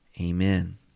Amen